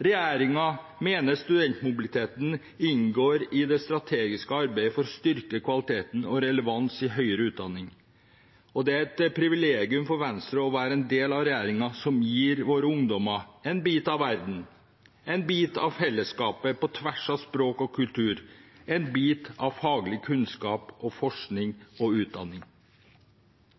Regjeringen mener studentmobiliteten inngår i det strategiske arbeidet for å styrke kvaliteten og relevansen i høyere utdanning. Det er et privilegium for Venstre å være en del av regjeringen som gir våre ungdommer en bit av verden, en bit av fellesskapet på tvers av språk og kultur, en bit av faglig kunnskap og forskning og utdanning